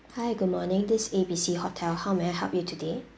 hi good morning this is A B C hotel how may I help you today